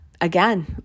again